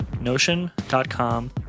notion.com